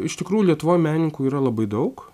iš tikrųjų lietuvoj menininkų yra labai daug